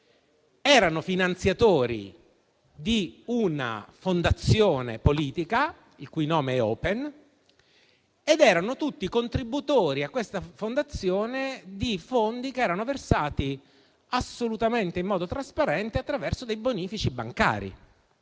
Erano finanziatori di una fondazione politica, il cui nome è Open, e tutti contributori tramite fondi che erano versati assolutamente in modo trasparente attraverso bonifici bancari,